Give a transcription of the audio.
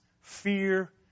fear